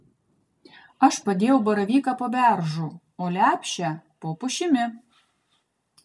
aš padėjau baravyką po beržu o lepšę po pušimi